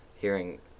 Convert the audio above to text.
hearing